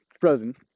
frozen